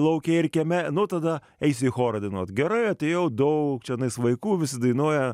lauke ir kieme nu tada eis į chorą dainuot gerai atėjau daug tenais vaikų visi dainuoja